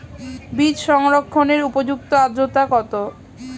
বীজ সংরক্ষণের উপযুক্ত আদ্রতা কত?